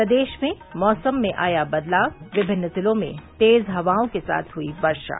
प्रदेश में मौसम में आया बदलाव विभिन्न जिलों में तेज हवाओं के साथ हुई वर्षा